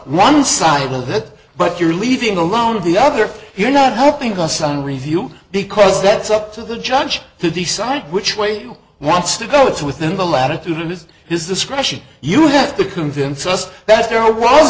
one side of it but you're leaving alone of the other you're not helping us on review because that's up to the judge to decide which way he wants to go it's within the latitude it is his discretion you have to convince us that there